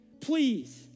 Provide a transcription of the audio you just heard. please